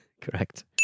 correct